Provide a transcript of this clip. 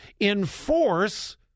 enforce